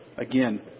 Again